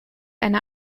eine